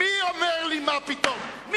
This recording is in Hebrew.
מי אומר לי, מה פתאום?